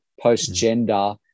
post-gender